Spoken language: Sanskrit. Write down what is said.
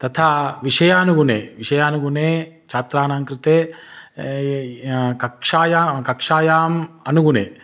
तथा विषयानुगुणे विषयानुगुणे छात्राणां कृते कक्षायां कक्षायाम् अनुगुणे